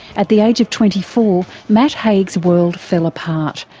at the age of twenty four matt haig's world fell apart,